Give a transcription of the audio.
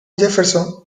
jefferson